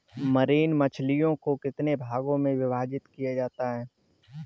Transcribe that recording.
Marine मछलियों को कितने वर्गों में विभाजित किया जा सकता है?